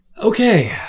Okay